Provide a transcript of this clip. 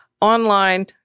online